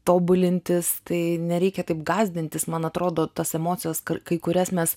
tobulintis tai nereikia taip gąsdintis man atrodo tas emocijas kai kurias mes